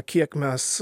kiek mes